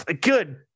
Good